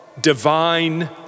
Divine